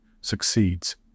succeeds